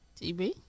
TB